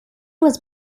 was